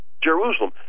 Jerusalem